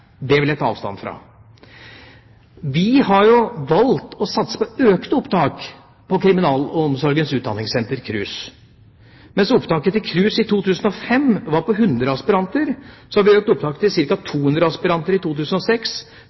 det vil jeg ta avstand fra. Vi har valgt å satse på økte opptak ved Kriminalomsorgens utdanningssenter, KRUS. Mens opptaket til KRUS i 2005 var på 100 aspiranter, har vi økt opptaket til ca. 200 aspiranter i 2006,